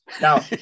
Now